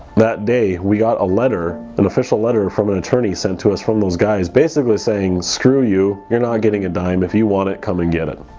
that day we got a letter an official letter from an attorney sent to us from those guys basically saying screw you you're not getting a dime if you want to come and get it.